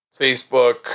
Facebook